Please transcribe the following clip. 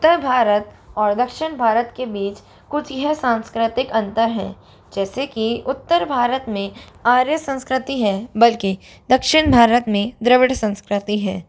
उत्तर भारत और दक्षिण भारत के बीच कुछ यह सांस्कृतिक अंतर है जैसे कि उत्तर भारत में आर्य संस्कृति है बल्कि दक्षिण भारत में द्रविड़ संस्कृति है